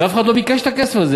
כי אף אחד לא ביקש את הכסף הזה.